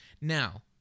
Now